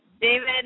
David